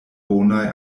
bonaj